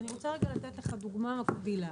ואני רוצה לתת לך דוגמה מקבילה.